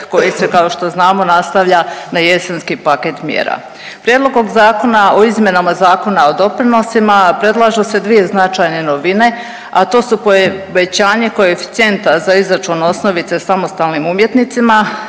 koji se kao što znamo nastavlja na jesenski paket mjera. Prijedlogom Zakona o izmjenama Zakona o doprinosima predlažu se značajne novine, a to su povećanje koeficijenta za izračun osnovice samostalnim umjetnicima